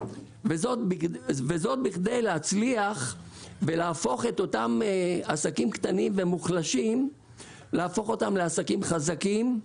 זאת בכדי להפוך את אותם עסקים קטנים ומוחלשים לעסקים חזקים,